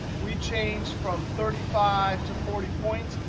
we change from thirty five to forty points.